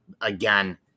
again